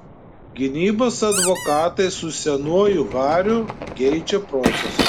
gynybos advokatai su senuoju hariu geidžia proceso